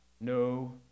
no